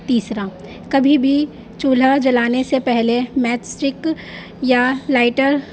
تیسرا کبھی بھی چولہا جلانے سے پہلے میچ اسٹک یا لائٹر